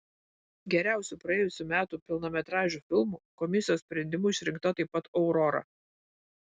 geriausiu praėjusių metų pilnametražiu filmu komisijos sprendimu išrinkta taip pat aurora